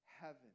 heaven